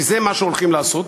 כי זה מה שהולכים לעשות,